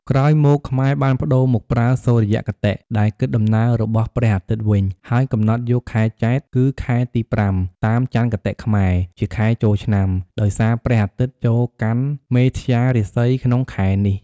ក្រោយមក ខ្មែរបានប្ដូរមកប្រើ សុរិយគតិ ដែលគិតដំណើររបស់ព្រះអាទិត្យវិញ ហើយកំណត់យក ខែចេត្រ គឺខែទី ៥ តាមចន្ទគតិខ្មែរ ជាខែចូលឆ្នាំ ដោយសារព្រះអាទិត្យចូលកាន់មេស្យារាសីក្នុងខែនេះ។